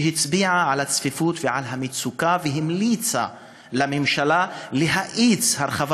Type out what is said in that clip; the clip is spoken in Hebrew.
היא הצביעה על הצפיפות ועל המצוקה והמליצה לממשלה להאיץ את הרחבת